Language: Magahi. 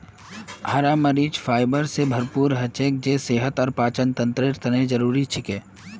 हरा मरीच फाइबर स भरपूर हछेक जे सेहत और पाचनतंत्रेर तने जरुरी छिके